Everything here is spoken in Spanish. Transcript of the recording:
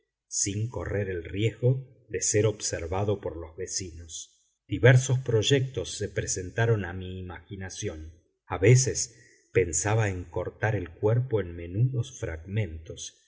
sin correr el riesgo de ser observado por los vecinos diversos proyectos se presentaron a mi imaginación a veces pensaba en cortar el cuerpo en menudos fragmentos